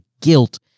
guilt